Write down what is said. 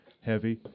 heavy